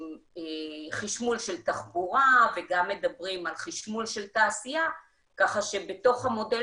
חשמול של תחבורה וגם מדברים על חשמול של תעשייה כך שבתוך המודל